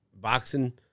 boxing